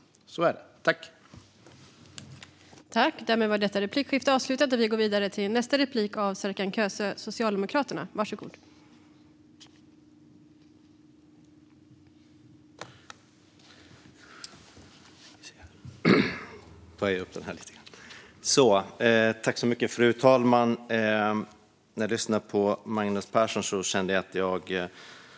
Så är det.